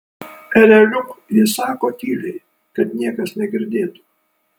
ereliuk ji sako tyliai kad niekas negirdėtų